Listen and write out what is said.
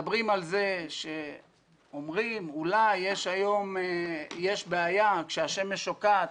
מדברים על זה ואומרים שאולי יש היום בעיה כי כאשר השמש שוקעת,